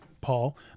Paul